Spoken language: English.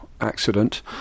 accident